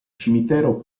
cimitero